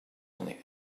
only